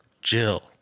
Jill